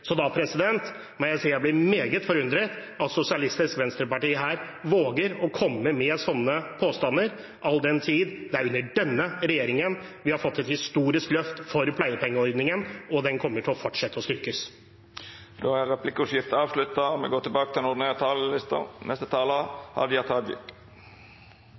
må si jeg blir meget forundret når Sosialistisk Venstreparti her våger å komme med slike påstander, all den tid det er under denne regjeringen vi har fått et historisk løft for pleiepengeordningen. Og den kommer til å fortsette å styrkes. Replikkordskiftet er omme. Det er mykje som går